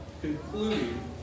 concluding